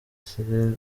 cyril